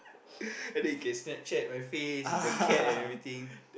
and he can Snapchat my face the cat and everything